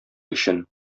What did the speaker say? өчен